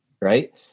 Right